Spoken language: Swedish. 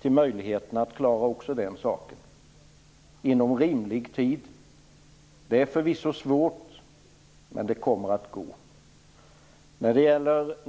till möjligheten att klara den saken inom rimlig tid. Det är förvisso svårt, men det kommer att gå.